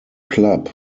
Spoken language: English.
club